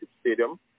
stadium